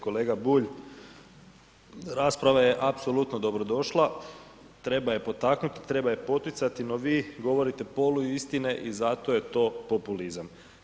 Kolega Bulj, rasprava je apsolutno dobrodošla, treba je potaknuti, treba je poticati, no vi govorite poluistine i zato je to populizam.